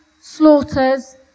slaughters